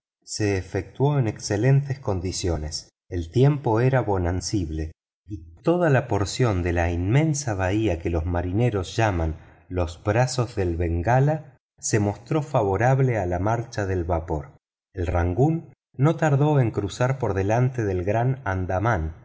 se efectuó con excelentes condiciones el tiempo era bonancible y toda la porción de la inmensa bahía que los marineros llaman los brazos del bengala se mostró favorable a la marcha del vapor el rangoon no tardó en cruzar por delante del gran andaman